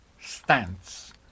stance